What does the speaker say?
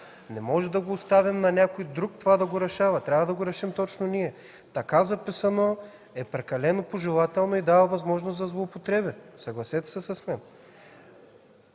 Не можем да оставим на някой друг да го решава. Трябва да го решим точно ние! Така записано, е прекалено пожелателно и дава възможност за злоупотреби – съгласете се с мен.